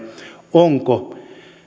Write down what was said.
onko